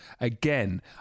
Again